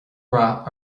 rath